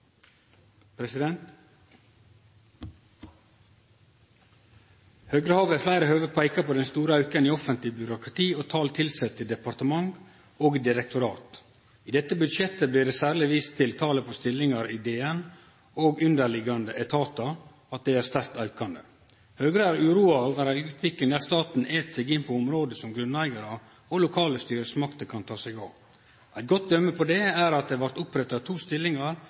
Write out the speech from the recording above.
Høgre har ved fleire høve peika på den store auken i offentleg byråkrati og talet på tilsette i departement og direktorat. I dette budsjettet blir det særleg vist til at talet på stillingar i Direktoratet for naturforvaltning og underliggjande etatar er sterkt aukande. Høgre er uroa over ei utvikling der staten et seg inn på område som grunneigarar og lokale styresmakter kan ta seg av. Eitt godt døme på det er at det blei oppretta to nye stillingar